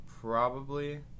probably-